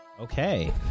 Okay